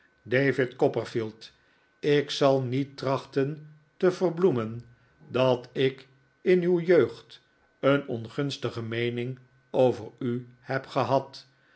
david copperfield ik zal niet trachten te verbloemen dat ik in uw jeugd een ongunstige meening over u heb gehad